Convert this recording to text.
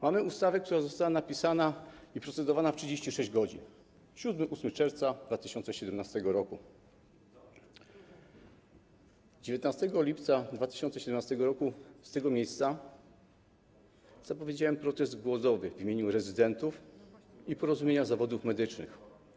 Mamy ustawę, która została napisana i przeprocedowana w 36 godzin, 7, 8 czerwca 2017 r. 19 lipca 2017 r. z tego miejsca zapowiedziałem protest głodowy w imieniu rezydentów i Porozumienia Zawodów Medycznych.